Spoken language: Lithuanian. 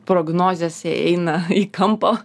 prognozės eina į kampą